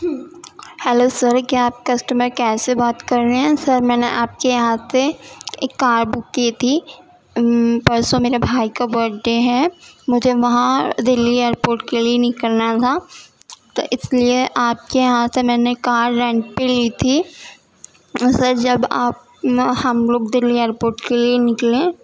hello sir کیا آپ customer care سے بات کر رہے ہیں سر میں نے آپ کے یہاں سے ایک کار بک کی تھی پرسوں میرے بھائی کا برتھ ڈے ہے مجھے وہاں دلی ایئرپورٹ کے لیے نکلنا تھا تو اس لیے آپ کے یہاں سے میں نے کار رینٹ پہ لی تھی اسے جب آپ ہم لوگ دلی ایئرپورٹ کے لیے نکلیں